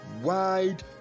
wide